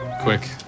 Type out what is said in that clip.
quick